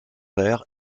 vert